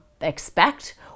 expect